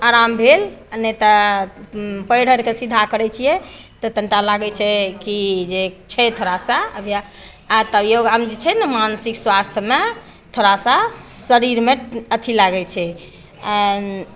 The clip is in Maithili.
आराम भेल आ नहि तऽ पैर आरके सीधा करैत छियै तऽ तनि टा लागैत छै कि जे छै थोड़ा सा अभी आ तऽ योग अभी छै ने मानसिक स्वास्थमे थोड़ा सा शरीरमे अथी लागै छै आएँ